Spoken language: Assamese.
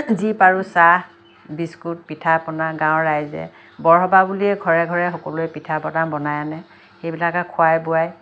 যি পাৰোঁ চাহ বিস্কুট পিঠা পনা গাঁৱৰ ৰাইজে বৰসবাহ বুলি ঘৰে ঘৰে সকলোৱে পিঠা পনা বনাই আনে সেইবিলাকে খোৱাই বোৱাই